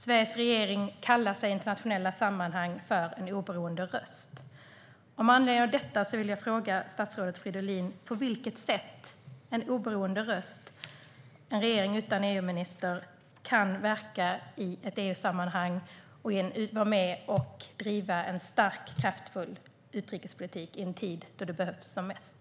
Sveriges regering kallar sig i internationella sammanhang för en oberoende röst. Med anledning av detta vill jag fråga statsrådet Fridolin: På vilket sätt kan en oberoende röst - en regering utan EU-minister - verka i ett EU-sammanhang och vara med och driva en stark och kraftfull utrikespolitik i en tid då det behövs som mest?